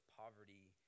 poverty